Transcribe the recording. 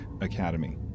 Academy